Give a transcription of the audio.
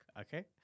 okay